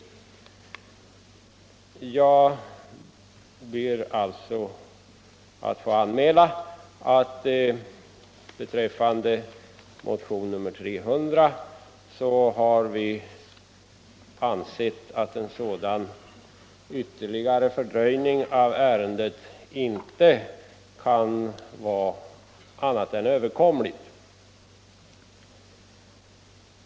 Jag ber alltså att få anmäla beträffande motionen 300 att vi har ansett att en sådan ytterligare fördröjning av ärendet inte kan vara annat än överkomlig.